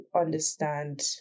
understand